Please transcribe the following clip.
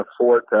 afford